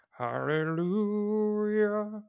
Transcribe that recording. hallelujah